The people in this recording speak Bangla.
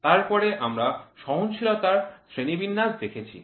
তারপরে আমরা সহনশীলতার শ্রেণিবিন্যাস দেখেছি